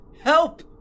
help